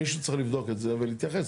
מישהו צריך לבדוק את זה ולהתייחס.